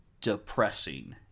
depressing